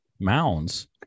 Mounds